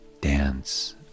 dance